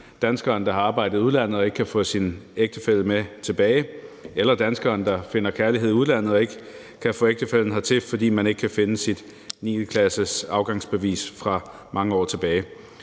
danskeren, der har arbejdet i udlandet og ikke kan få sin ægtefælle med tilbage, eller danskeren, der finder kærlighed i udlandet og ikke kan få ægtefællen hertil, fordi man ikke kan finde sit 9.-klasseafgangsbevis fra mange år tilbage.